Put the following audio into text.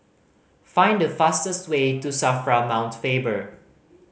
find the fastest way to SAFRA Mount Faber